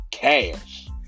cash